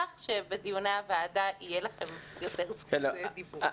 שבדיוני הוועדה יהיה לכם יותר זכות דיבור.